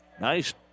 Nice